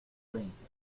veinte